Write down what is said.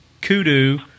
kudu